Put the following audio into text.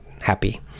happy